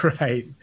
Right